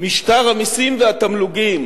שמשטר המסים והתמלוגים